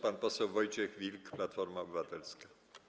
Pan poseł Wojciech Wilk, Platforma Obywatelska.